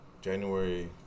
January